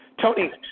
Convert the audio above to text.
Tony